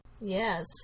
Yes